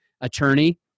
attorney